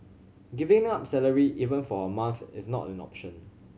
giving up salary even for a month is not an option